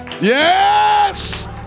yes